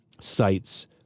sites